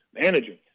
managing